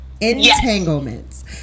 entanglements